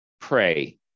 pray